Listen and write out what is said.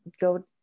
go